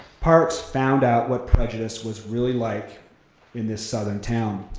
parks found out was prejudice was really like in this southern town.